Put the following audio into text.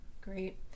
Great